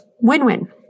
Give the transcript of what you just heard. win-win